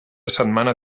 setmana